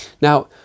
Now